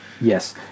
Yes